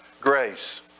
grace